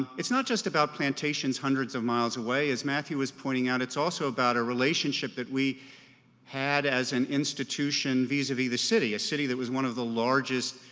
it's not just about plantations hundreds of miles away, as matthew was pointing out, it's also about a relationship that we had as an institution vis-a-vis the city, a city that was one of the largest